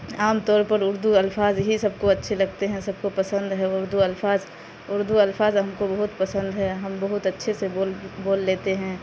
عام طور پر اردو الفاظ ہی سب کو اچھے لگتے ہیں سب کو پسند ہے اردو الفاظ اردو الفاظ ہم کو بہت پسند ہے ہم بہت اچھے سے بول بول لیتے ہیں